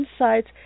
insights